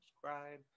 subscribe